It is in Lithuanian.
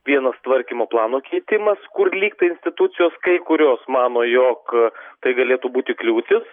vienas tvarkymo plano keitimas kur lyg tai institucijos kai kurios mano jog tai galėtų būti kliūtis